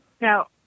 Now